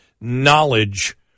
knowledge